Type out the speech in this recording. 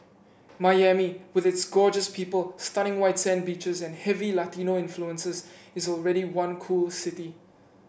Miami with its gorgeous people stunning white sand beaches and heavy Latino influences is already one cool city